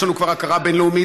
יש לנו כבר הכרה בין-לאומית,